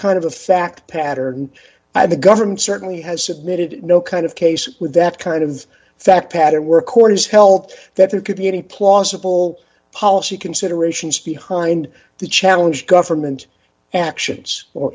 kind of a fact pattern by the government certainly has submitted no kind of case with that kind of fact pattern records help that there could be any plausible policy considerations behind the challenge government actions or